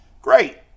Great